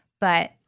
but-